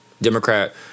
Democrat